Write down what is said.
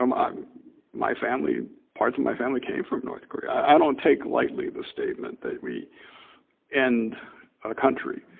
um um my family, parts of my family came from north korea. i don't take lightly the statement that we end a country.